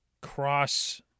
cross